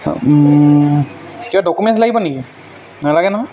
কিবা ডকুমেণ্টছ লাগিব নেকি নেলাগে নহয়